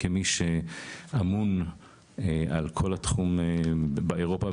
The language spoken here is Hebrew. כמי שאמון על כל התחום באירופה,